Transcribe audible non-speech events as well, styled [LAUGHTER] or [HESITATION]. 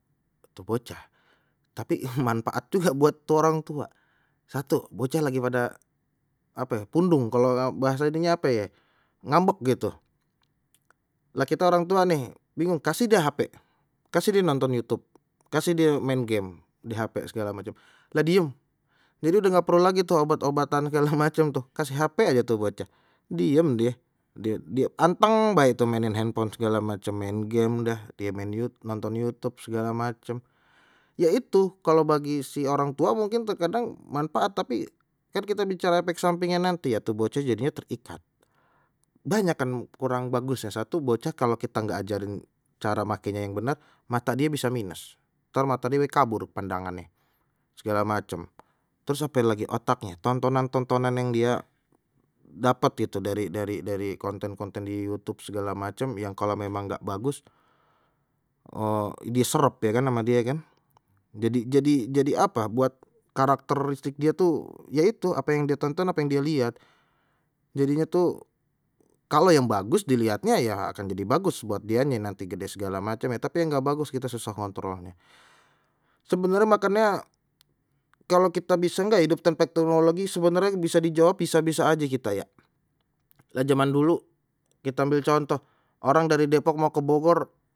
Tu bocah tapi manfaat juga buat tu orang tua, satu bocah lagi pada ape pundung kalau bahasa ini nya apa ye ngambek gitu, lah kita orang tua nih bingung kasih deh hp kasih die nonton youtube, kasih dia main game di hp segala macem lha diem, jadi dah perlu lagi itu obat-obatan segala macem tuh, kasih hp aja tu bocah diem die, die die anteng bae maenin handphone segala macem main game dah die main yout nonton youtube segala macem, ya itu kalau bagi si orang tua mungkin terkadang manfaat tapi khan kita yang bicara efek sampingnya nanti ya, tu bocah jadinya terikat banyak kan kurang bagusnya, satu bocah kalau kita nggak ajarin cara makenya yang benar mata dia bisa minus, ntar mata die kabur pandangannye segala macem terus ape lagi otaknye tontonan tontonan yang dia dapat itu dari dari dari konten-konten di youtube segala macem yang kalau memang nggak bagus [HESITATION] die serep ye kan ama dia kan, jadi jadi jadi apa buat karakteristik dia tuh ya itu apa yang dia tonton apa yang dia lihat jadinya tuh kalau yang bagus dilihatnya ya akan jadi bagus buat dianye nanti gede segala macemnye, tapi yang nggak bagus kita susah ngontrolnye sebenarnya maka nya kalau kita bisa nggak hidup tanpa teknologi sebenarnya bisa dijawab bisa-bisa aja kita ya dan zaman dulu kita ambil contoh orang dari depok mau ke bogor.